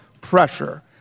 pressure